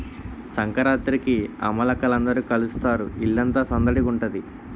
సంకురాత్రికి అమ్మలక్కల అందరూ కలుస్తారు ఇల్లంతా సందడిగుంతాది